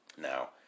Now